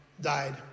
died